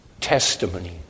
testimony